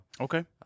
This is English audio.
Okay